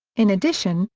in addition,